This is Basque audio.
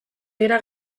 dira